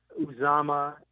Uzama